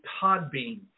Podbean